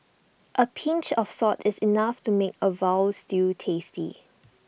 A pinch of salt is enough to make A Veal Stew tasty